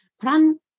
Plan